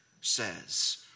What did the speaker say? says